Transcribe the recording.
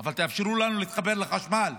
אבל תאפשרו לנו להתחבר לחשמל.